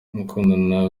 gukundana